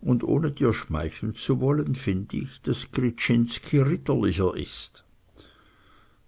und ohne dir schmeicheln zu wollen find ich daß gryczinski ritterlicher ist